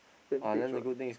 tentage [what]